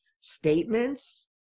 statements